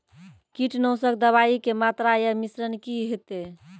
कीटनासक दवाई के मात्रा या मिश्रण की हेते?